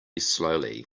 slowly